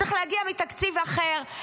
צריך להגיע מתקציב אחר.